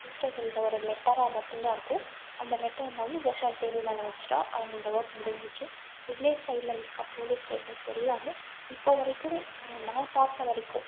just அது ஒரு லெட்டராக மட்டும்தான் இருக்கும் அந்த லெட்டர் நம்ம வாங்கி ஜஸ்ட் அது டேபிள் மேலே வச்சிவிட்டா அவுங்க ஒர்க் முடிஞ்சிச்சு வில்லேஜ் சைடில் இருக்க போலீஸ் ஸ்டேஷன்ஸ் எல்லாமே இப்போ வரைக்கும் நான் பார்த்த வரைக்கும்